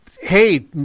hey